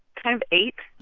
kind of eightish